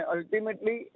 Ultimately